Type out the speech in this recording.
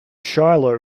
shiloh